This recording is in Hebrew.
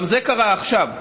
גם זה קרה עכשיו.